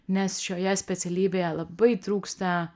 nes šioje specialybėje labai trūksta